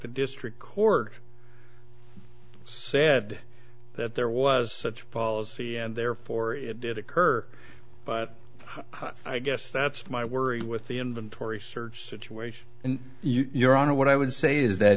the district court said that there was such policy and therefore it did occur but i guess that's my worry with the inventory search situation and your honor what i would say is that